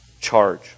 charge